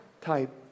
type